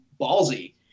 ballsy